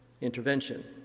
intervention